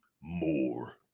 more